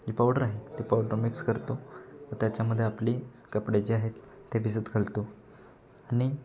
powder आहे ती powder mix करतो त्याच्यामध्ये आपले कपडे जे आहेत ते भिजत घालतो आणि